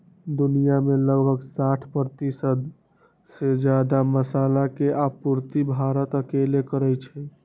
दुनिया में लगभग साठ परतिशत से जादा मसाला के आपूर्ति भारत अकेले करई छई